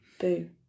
Boo